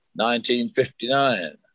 1959